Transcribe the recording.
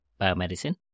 biomedicine